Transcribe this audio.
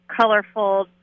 colorful